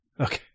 Okay